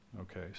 Okay